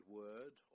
word